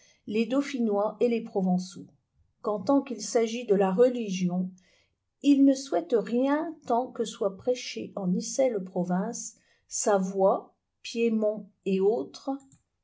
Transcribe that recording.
les dauphinois et les provençaux qu'en tant qu'il s'agit de la religion il ne souhaite rien tant que soit prêchée en icelles provinces savoie piémont et autres